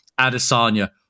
Adesanya